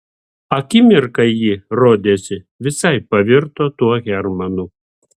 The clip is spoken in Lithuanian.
akimirką ji rodėsi visai pavirto tuo hermanu